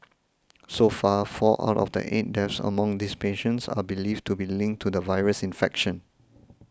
so far four out of eight deaths among these patients are believed to be linked to the virus infection